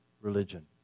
religion